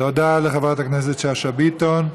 תודה לחברת הכנסת שאשא ביטון.